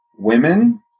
Women